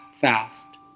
fast